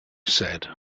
said